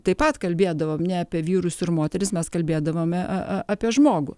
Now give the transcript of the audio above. taip pat kalbėdavom ne apie vyrus ir moteris mes kalbėdavome apie žmogų